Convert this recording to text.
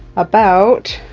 about